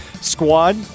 squad